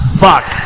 Fuck